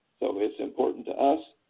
so it's important to us,